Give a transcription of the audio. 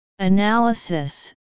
Analysis